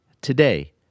Today